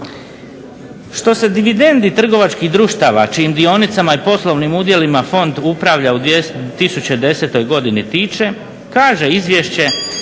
Što se dividendi trgovačkih društava čijim dionicama i poslovnim udjelima fond upravlja u 2010. godini tiče kaže izvješće